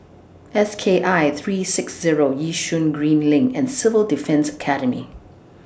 S K I three six Zero Yishun Green LINK and Civil Defence Academy